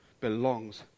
belongs